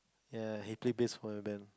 ya he play bass for the band